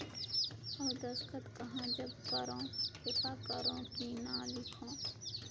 अउ दस्खत कहा जग करो ठेपा करो कि नाम लिखो?